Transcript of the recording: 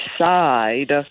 side